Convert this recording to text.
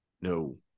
No